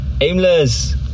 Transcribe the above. Aimless